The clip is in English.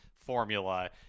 formula